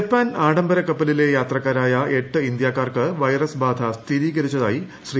Japan ആഡംബര കപ്പലിലെ യാത്രക്കാരായ എട്ട് ഇന്തൃക്കാർക്ക് വൈറസ് ബാധ സ്ഥിരീകരിച്ചതായി ശ്രീ